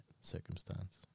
circumstance